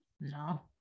No